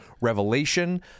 Revelation